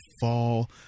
fall